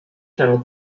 channel